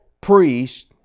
priest